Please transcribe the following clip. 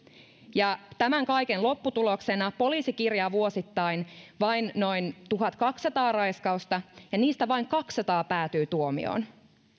ja tämän kaiken lopputuloksena poliisi kirjaa vuosittain vain noin tuhatkaksisataa raiskausta ja niistä vain kaksisataa päätyy tuomioon